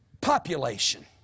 population